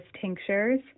tinctures